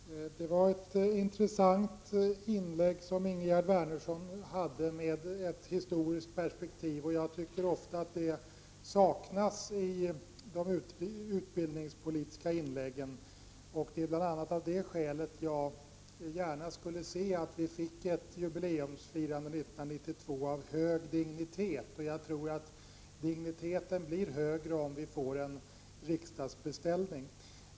Fru talman! Det var ett intressant anförande som Ingegerd Wärnersson höll. Det hade ett historiskt perspektiv, och det tycker jag ofta saknas i de utbildningspolitiska debatterna. Det är bl.a. av det skälet jag gärna skulle se att vi fick ett jubileumsfirande år 1992 av hög dignitet. Jag tror att digniteten blir högre om vi får en riksdagsbeställning.